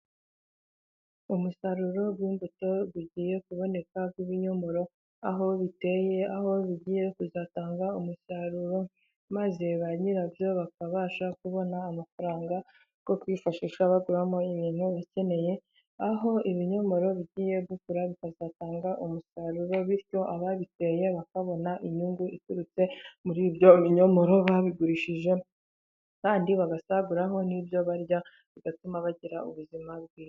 Umusaruro bw'imbuto ugiye kuboneka, wi bininyomoro aho biteye, aho bigiye kuzatanga umusaruro, maze ba nyirabyo bakabasha kubona amafaranga yo kwifashisha baguramo ibintu bakeneye, aho ibinyomoro bigiye gukura bikazatanga umusaruro, bityo ababiteye bakabona inyungu iturutse muri ibyo binyomoro babigurishije, kandi bagasaguraho n'ibyo barya, bigatuma bagira ubuzima bwiza.